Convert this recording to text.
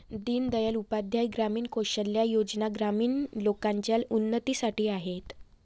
दीन दयाल उपाध्याय ग्रामीण कौशल्या योजना ग्रामीण लोकांच्या उन्नतीसाठी आहेत